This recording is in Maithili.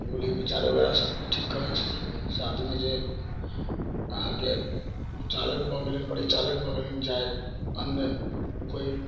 बोली बिचार बगैरह सब किछु ठीक करै छथिन साथमे जे अहाँके चालक भऽ गेलै परिचालक भऽ गेलै चाहे अन्य कोइ